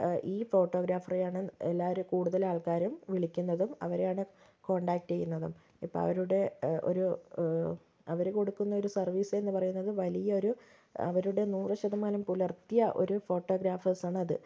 ഈ ഫോട്ടോഗ്രാഫറെയാണ് എല്ലാവരും കൂടുതൽ ആൾക്കാരും വിളിക്കുന്നതും അവരെ ആണ് കോൺടാക്ട് ചെയ്യുന്നതും ഇപ്പോൾ അവരുടെ ഒരു അവർ കൊടുക്കുന്ന ഒരു സർവീസ് എന്ന് പറയുന്നത് വലിയ ഒരു അവരുടെ നൂറു ശതമാനം പുലർത്തിയ ഒരു ഫോട്ടോഗ്രാഫേഴ്സ് ആണ് അത്